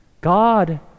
God